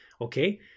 Okay